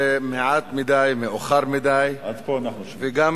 זה מעט מדי, מאוחר מדי, וגם,